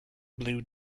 blue